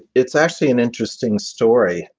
it's actually an interesting story.